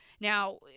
Now